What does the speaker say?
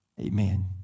amen